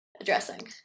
addressing